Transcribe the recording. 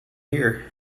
here